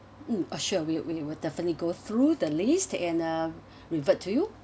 mm oh sure we will we will definitely go through the list and uh revert to you